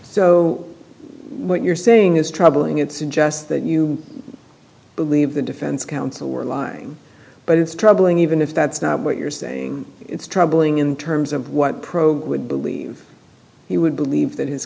so what you're saying is troubling it suggests that you believe the defense counsel were lying but it's troubling even if that's not what you're saying it's troubling in terms of what pro would believe he would believe that his